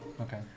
okay